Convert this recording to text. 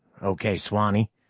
okay, swanee.